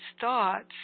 thoughts